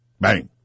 Bang